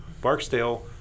barksdale